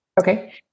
Okay